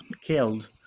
killed